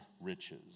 riches